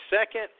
second